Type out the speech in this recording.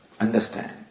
Understand